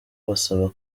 basaba